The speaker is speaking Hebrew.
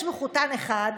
יש מחותן אחד,